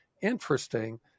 interesting